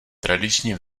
tradičně